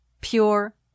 pure